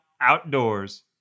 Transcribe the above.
outdoors